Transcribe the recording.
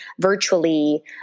virtually